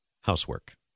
Housework